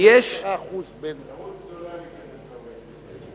טעות גדולה להיכנס ל-OECD.